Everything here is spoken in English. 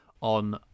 on